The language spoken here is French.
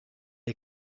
est